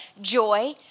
joy